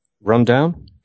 Rundown